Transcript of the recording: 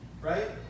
right